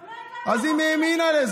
עוד לא הגענו, אז היא האמינה לזה.